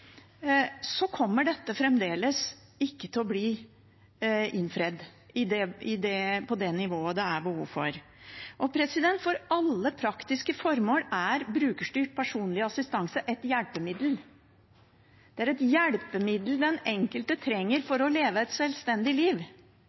kommer dette fremdeles ikke til å bli innfridd på det nivået det er behov for. For alle praktiske formål er brukerstyrt personlig assistanse et hjelpemiddel. Det er et hjelpemiddel den enkelte trenger for å leve et selvstendig liv